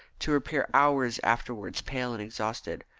to reappear hours afterwards pale and exhausted,